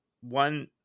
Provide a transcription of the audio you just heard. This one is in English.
One